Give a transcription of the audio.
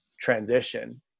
transition